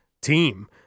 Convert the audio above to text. team